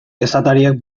esatariek